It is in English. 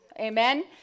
Amen